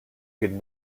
could